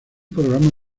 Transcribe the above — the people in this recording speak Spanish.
programa